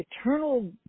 eternal